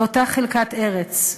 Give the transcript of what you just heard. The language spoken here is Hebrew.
באותה חלקת ארץ,